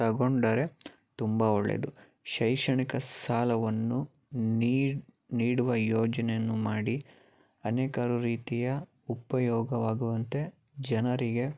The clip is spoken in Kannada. ತೊಗೊಂಡರೆ ತುಂಬ ಒಳ್ಳೆದು ಶೈಕ್ಷಣಿಕ ಸಾಲವನ್ನು ನೀಡು ನೀಡುವ ಯೋಜನೆಯನ್ನು ಮಾಡಿ ಅನೇಕಾರು ರೀತಿಯ ಉಪಯೋಗವಾಗುವಂತೆ ಜನರಿಗೆ